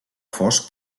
fosc